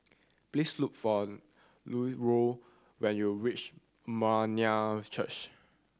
please look for Lucero when you reach Church